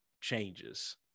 changes